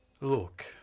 Look